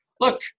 look